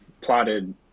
plotted